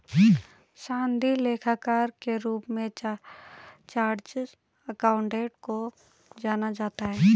सनदी लेखाकार के रूप में चार्टेड अकाउंटेंट को जाना जाता है